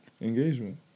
Engagement